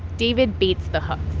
david baits the hooks